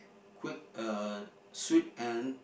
quick uh sweet and